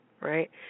Right